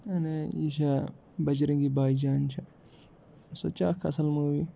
یعنی یہِ چھا بَجرَنگی باے جان چھِ سۄ تہِ چھےٚ آسان اکھ موٗوی